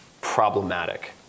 problematic